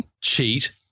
Cheat